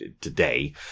today